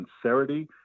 sincerity